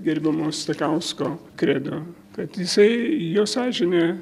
gerbiamo stakausko kredo kad jisai jo sąžinė